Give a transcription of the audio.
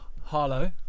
Harlow